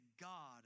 God